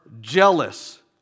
jealous